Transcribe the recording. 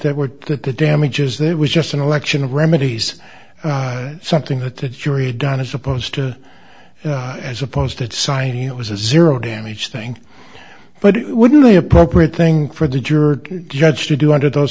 that work that the damages that was just an election remedies something that the jury done as opposed to as opposed that signing it was a zero damage thing but it wouldn't be appropriate thing for the jerk judge to do under those